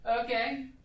Okay